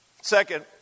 Second